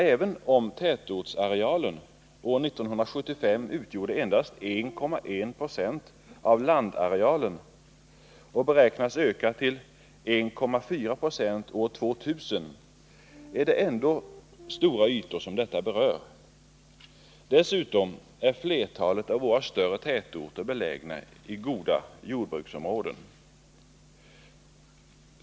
Även om tätortsarealen år 1975 utgjorde endast 1,1 96 av landarealen och beräknas öka till 1,4 96 år 2000 är det ändå stora ytor som detta berör. Dessutom är flertalet av våra större tätorter belägna i goda jordbruksområden.